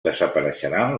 desapareixeran